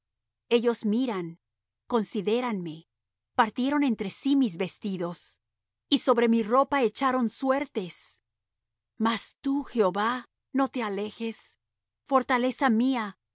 ellos miran considéranme partieron entre sí mis vestidos y sobre mi ropa echaron suertes mas tú jehová no te alejes fortaleza mía